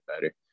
better